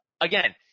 Again